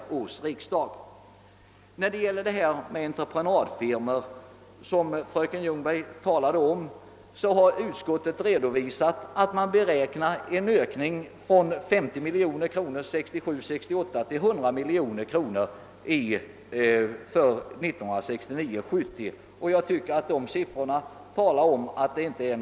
Beträffande frågan i reservationen 11 om beredskapsarbete genom entreprenadföretag, som fröken Ljungberg tog upp, har utskottet redovisat att entreprenadandelen beräknas öka från 50 miljoner kronor under budgetåret 1967 70.